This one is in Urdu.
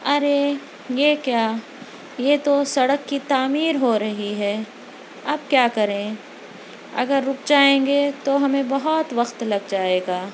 ارے یہ کیا یہ تو سڑک کی تعمیر ہو رہی ہے اب کیا کریں اگر رک جائیں گے تو ہمیں بہت وقت لگ جائے گا